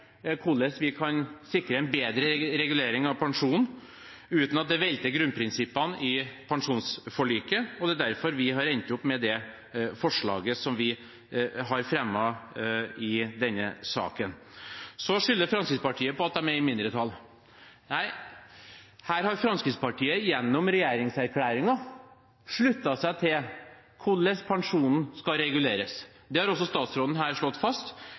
hvordan vi kan sikre en bedre regulering av pensjonen uten at det velter grunnprinsippene i pensjonsforliket. Det er derfor vi har endt opp med det forslaget som vi har fremmet – sammen med Sosialistisk Venstreparti – i denne saken. Fremskrittspartiet skylder på at de er i mindretall. Nei, Fremskrittspartiet har gjennom regjeringserklæringen sluttet seg til hvordan pensjonen skal reguleres. Det har også statsråden her slått fast.